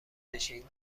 بشین